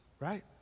right